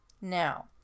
Now